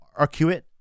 arcuate